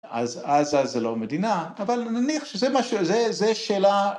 ‫אז עזה לא מדינה, ‫אבל נניח שזה מה ש... זה שאלה...